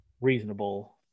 reasonable